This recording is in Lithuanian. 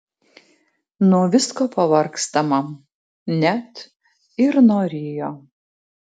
nuo visko pavargstama net ir nuo rio